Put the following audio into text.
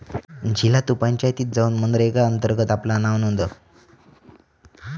झिला तु पंचायतीत जाउन मनरेगा अंतर्गत आपला नाव नोंदव